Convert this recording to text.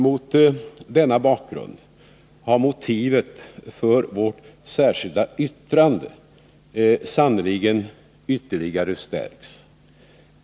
Mot denna bakgrund har motivet för vårt särskilda yttrande sannerligen ytterligare stärkts.